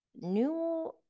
new